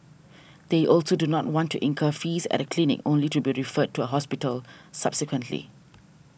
they also do not want to incur fees at a clinic only to be referred to a hospital subsequently